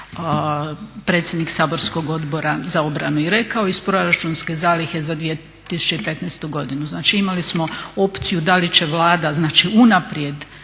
predsjednik saborskog Odbora za obranu i rekao iz proračunske zalihe za 2015.godinu. Znači imali smo opciju da li će Vlada unaprijed